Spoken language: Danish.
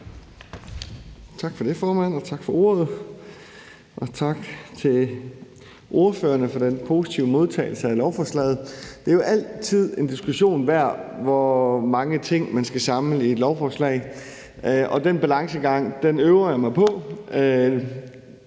Tak for det, formand, og tak for ordet. Tak til ordførerne for den positive modtagelse af lovforslaget. Det er jo altid en diskussion værd, hvor mange ting man skal samle i et lovforslag, og den balancegang øver jeg mig på.